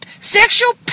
sexual